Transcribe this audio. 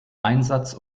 einsatz